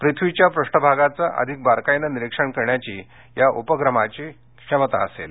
पृथ्वीच्या पृष्ठभागाचं अधिक बारकाईनं निरीक्षण करण्याची या उपग्रहाची क्षमता असेल